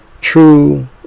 true